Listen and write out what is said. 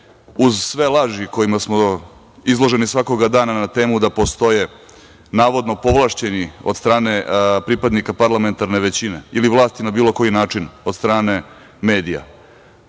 uz sve laži kojima smo izloženi svakog dana na temu da postoje navodno povlašćeni od strane pripadnika parlamentarne većine ili vlasti na bilo koji način od strane medija,